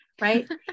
right